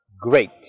great